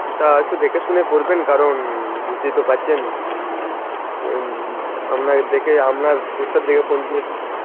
তা একটু দেখে শুনে করবেন কারণ বুঝতেই তো পারছেন আপনাকে দেখে আপনার পোস্টার দেখে ফোন করেছি